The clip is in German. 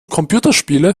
computerspiele